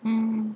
mm